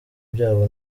byabo